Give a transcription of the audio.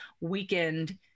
weekend